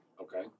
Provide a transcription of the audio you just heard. Okay